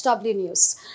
News